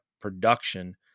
production